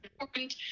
important